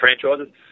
franchises